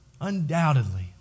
undoubtedly